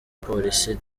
polisi